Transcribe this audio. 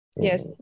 Yes